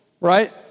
right